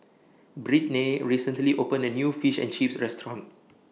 Brittnay recently opened A New Fish and Chips Restaurant